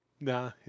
Nah